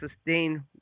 sustain